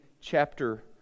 chapter